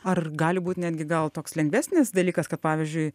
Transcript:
ar gali būt netgi gal toks lengvesnis dalykas kad pavyzdžiui